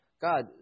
God